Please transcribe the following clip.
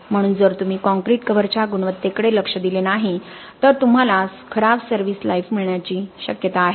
म्हणून जर तुम्ही कॉंक्रिट कव्हर च्या गुणवत्तेकडे लक्ष दिले नाही तर तुम्हाला खराब सर्विस लाईफ मिळण्याची शक्यता आहे